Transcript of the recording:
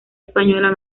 española